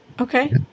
Okay